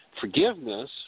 Forgiveness